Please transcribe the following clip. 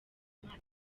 imana